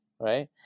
right